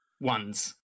Ones